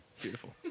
Beautiful